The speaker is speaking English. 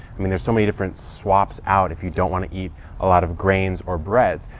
i mean there's so many different swaps out if you don't want to eat a lot of grains or breads.